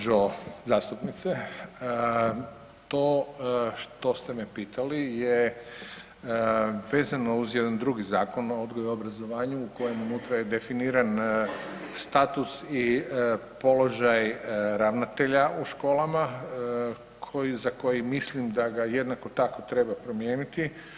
Gđo. zastupnice, to što ste me pitali je vezano uz jedan drugi Zakon o odgoju i obrazovanju u kojem unutra je definiran status i položaj ravnatelja u školama za koji mislim da ga jednako tako treba promijeniti.